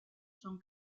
son